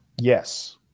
Yes